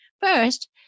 First